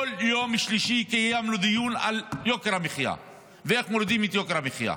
כל יום שלישי קיימנו דיון על יוקר המחיה ואיך מורידים את יוקר המחיה.